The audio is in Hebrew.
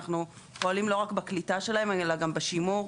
אנחנו פועלים לא רק בקליטה שלהם אלא גם בשימור.